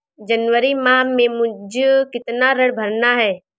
जनवरी माह में मुझे कितना ऋण भरना है?